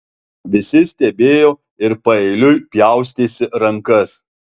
visi stebėjo ir paeiliui pjaustėsi rankas